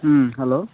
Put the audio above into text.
hello